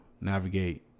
navigate